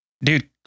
dude